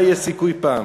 אולי יהיה סיכוי פעם.